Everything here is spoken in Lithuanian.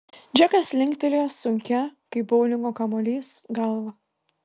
džekas linktelėjo sunkia kaip boulingo kamuolys galva